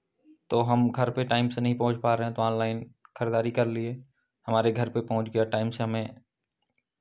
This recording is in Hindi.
तो हम घर पे टाइम से नहीं पहुँच पा रहे हैं तो ऑनलाइन खरीदारी कर लिए हमारे घर पे पहुँच गया टाइम से हमें